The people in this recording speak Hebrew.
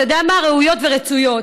אתה יודע מה, ראויות ורצויות,